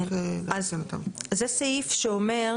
אז זה סעיף שאומר